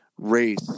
race